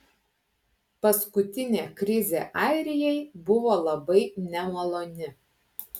paskutinė krizė airijai buvo labai nemaloni